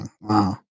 Wow